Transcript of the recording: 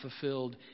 fulfilled